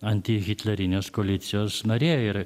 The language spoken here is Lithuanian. antihitlerinės koalicijos narė ir